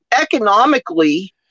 economically